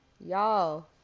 Y'all